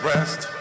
Rest